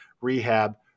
rehab